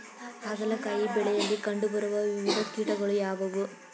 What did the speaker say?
ಹಾಗಲಕಾಯಿ ಬೆಳೆಯಲ್ಲಿ ಕಂಡು ಬರುವ ವಿವಿಧ ಕೀಟಗಳು ಯಾವುವು?